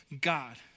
God